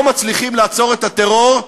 לא מצליחים לעצור את הטרור,